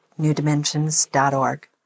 newdimensions.org